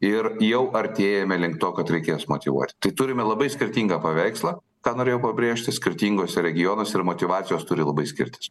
ir jau artėjame link to kad reikės motyvuot tai turime labai skirtingą paveikslą ką norėjau pabrėžti skirtinguose regionuose ir motyvacijos turi labai skirtis